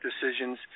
decisions